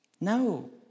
No